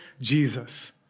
Jesus